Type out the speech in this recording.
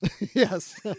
yes